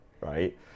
right